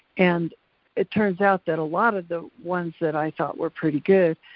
and it turns out that a lot of the ones that i thought were pretty good,